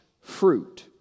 fruit